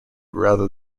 rather